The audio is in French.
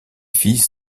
fils